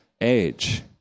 age